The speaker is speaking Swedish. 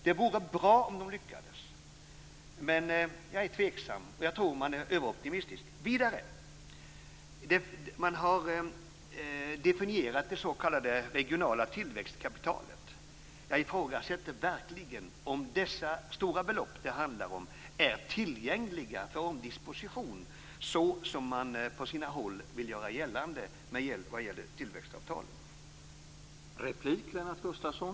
Det vore bra om tillväxtavtalen lyckades, men jag är tveksam. Jag tror att man är överoptimistisk. Vidare: Det s.k. regionala tillväxtkapitalet har definierats. Jag ifrågasätter verkligen om de stora belopp som det handlar om är tillgängliga för omdisposition såsom man på många håll vill göra gällande i fråga om tillväxtavtalen.